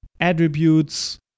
attributes